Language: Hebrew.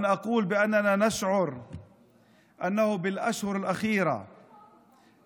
אני אומר שאנחנו מרגישים שבחודשים האחרונים